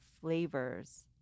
flavors